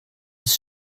ist